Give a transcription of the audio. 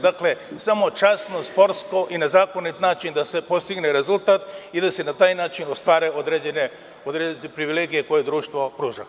Dakle, samo časno, sportski i na zakonit način da se postigne rezultat i da se na taj način ostvare određene privilegije koje društvo pruža.